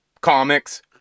comics